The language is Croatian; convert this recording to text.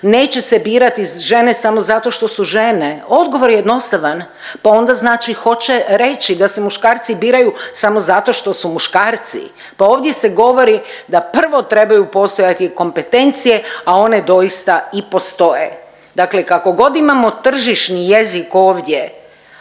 neće se birati žene samo zato što su žene, odgovor je jednostavan, pa onda znači hoće reći da se muškarci biraju samo zato što su muškarci. Pa ovdje se govori da prvo trebaju postojati kompetencije, a one doista i postoje. Dakle, kakogod imamo tržišni jezik ovdje